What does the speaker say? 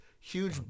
huge